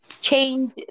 change